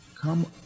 come